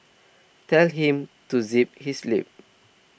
tell him to zip his lip